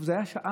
זה היה שעה,